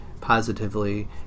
positively